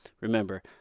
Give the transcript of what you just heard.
remember